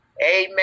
Amen